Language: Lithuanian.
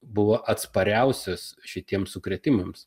buvo atspariausias šitiems sukrėtimams